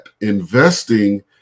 investing